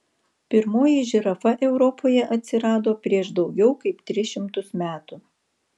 pirmoji žirafa europoje atsirado prieš daugiau kaip tris šimtus metų